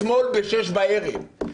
אם זה היה עובר אתמול בשש בערב,